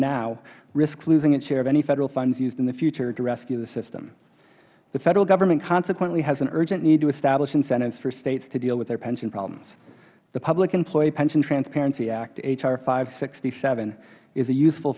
now risks losing its share of any federal funds used in the future to rescue the system the federal government consequently has an urgent need to establish incentives for states to deal with their pension problems the public employee pension transparency act h r five hundred and sixty seven is a useful